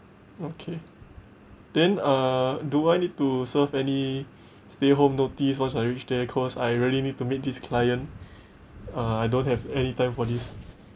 okay then uh do I need to serve any stay home notice once I reach there cause I really need to meet this client uh I don't have any time for this